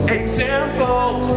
examples